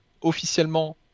officiellement